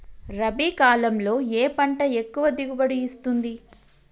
రబీ కాలంలో ఏ పంట ఎక్కువ దిగుబడి ఇస్తుంది?